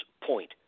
point